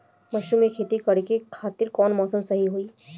Mushroom के खेती करेके खातिर कवन मौसम सही होई?